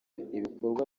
ibikorwa